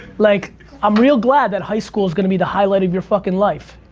like i'm real glad that high school's gonna be the highlight of your fuckin' life.